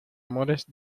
amores